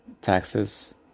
taxes